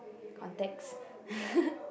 contex